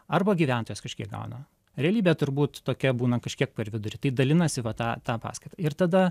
arba gyventojas kažkiek gauna realybė turbūt tokia būna kažkiek per vidurį tai dalinasi va tą tą paskatą ir tada